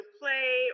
play